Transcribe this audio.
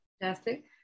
fantastic